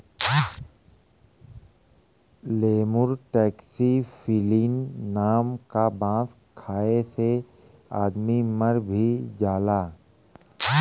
lemur taxiphyllin नाम क बांस खाये से आदमी मर भी जाला